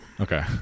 okay